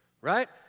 right